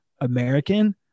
american